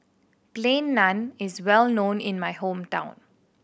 Plain Naan is well known in my hometown